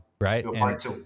Right